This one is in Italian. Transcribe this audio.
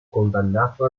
condannato